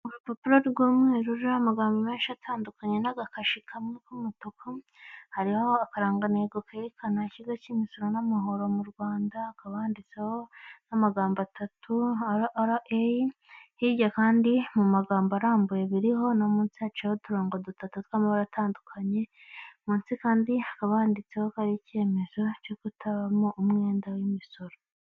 Urupapuro rw'umweru rwandikishijeho amagambo menshi atandukanye n'agakashi kamwe k'umutuku, hariho akarangantego kerekana ikigo cy'imisoro n'amahoro mu Rwanda hakaba handitseho n'amagambo atatu ara ara eyi. Hirya kandi mu magambo arambuye biriho no munsi haciho uturongo dutatu tw'amabara atandukanye munsi kandi abandiditseho ko ari icyemezo cyo kutabamo umwenda w'imisoro.